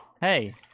Hey